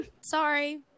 sorry